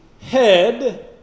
head